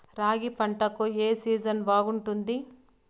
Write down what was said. రాగి పంటకు, ఏ సీజన్ బాగుంటుంది?